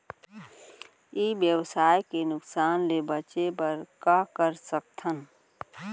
ई व्यवसाय के नुक़सान ले बचे बर का कर सकथन?